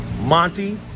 Monty